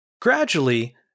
Gradually